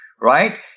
right